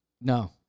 No